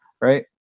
right